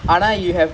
orh